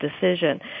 decision